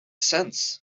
sense